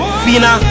fina